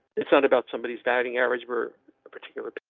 it's not about somebody's batting average for a particular. but